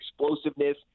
explosiveness